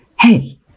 hey